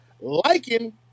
liking